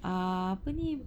err apa ni macam